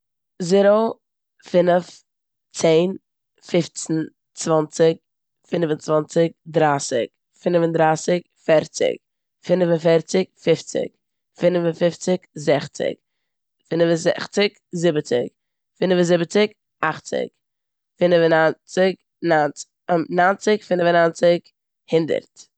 זערא, פינף, צען, פופצן, צוואנציג, פינף און צוואנציג, דרייסיג, פינף און דרייסיג, פערציג, פינף און פערציג, פופציג, פינף און פופציג, זעכציג, פינף און זעכציכ, זיבעציג, פינף און זיבעציג, אכציג, פינף און אכציג, פינף און ניינציג, ניינצי- ניינציג, פינף און ניינציג, הונדערט.